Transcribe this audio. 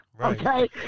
Okay